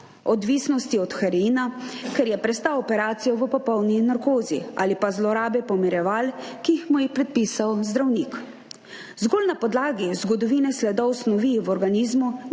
odvisnosti od heroina, ker je prestal operacijo v popolni narkozi, ali pa zlorabe pomirjeval, ki mu jih je predpisal zdravnik. Zgolj na podlagi zgodovine sledov snovi v organizmu ni